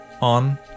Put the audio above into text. on